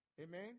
amen